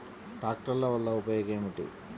ట్రాక్టర్ల వల్ల ఉపయోగం ఏమిటీ?